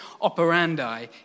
operandi